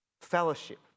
fellowship